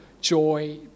joy